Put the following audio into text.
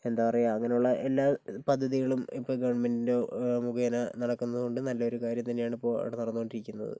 എന്താ പറയുക അങ്ങനെ ഉള്ള പദ്ധതികളും ഇപ്പോൾ ഗവണ്മെൻറിൻ്റെ മുഖേന നടക്കുന്ന കൊണ്ടും നല്ല ഒരു കാര്യം തന്നെയാണ് ഇപ്പോൾ നടന്നുകൊണ്ട് ഇരിക്കുന്നത്